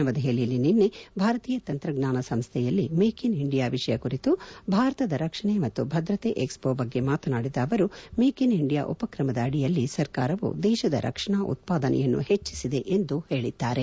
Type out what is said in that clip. ನವದೆಹಲಿಯಲ್ಲಿ ನಿನ್ನೆ ಭಾರತೀಯ ತಂತ್ರಜ್ಞಾನ ಸಂಸ್ದೆಯಲ್ಲಿ ಮೇಕ್ ಇನ್ ಇಂಡಿಯಾ ವಿಷಯ ಕುರಿತು ಭಾರತದ ರಕ್ಷಣೆ ಮತ್ತು ಭದ್ರತೆ ಎಕ್ಸ್ ಪೊ ಬಗ್ಗೆ ಮಾತನಾಡಿದ ಅವರು ಮೇಕ್ ಇನ್ ಇಂಡಿಯಾ ಉಪಕ್ರಮದಡಿಯಲ್ಲಿ ಸರ್ಕಾರವು ದೇಶದ ರಕ್ಷಣಾ ಉತ್ಪಾದನೆಯನ್ನು ಹೆಚ್ಚಿಸಿದೆ ಎಂದು ಹೇಳಿದ್ದಾರೆ